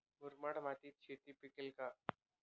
मुरमाड मातीत शेती पिकेल का?